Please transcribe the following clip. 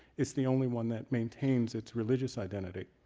it's the only one that maintains its religious identity.